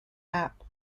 app